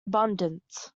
abundant